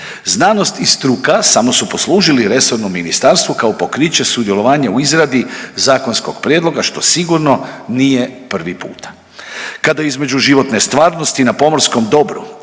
Znanost i struka samo su poslužili resornom ministarstvu kao pokriće sudjelovanja u izradi zakonskog prijedloga, što sigurno nije prvi puta. Kada između životne stvarnosti na pomorskom dobru